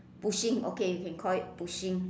pushing okay you can call it pushing